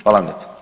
Hvala vam lijepo.